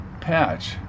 Patch